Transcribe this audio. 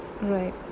Right